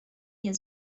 nie